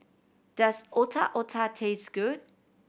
does Otak Otak taste good